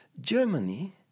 Germany